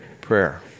prayer